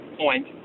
point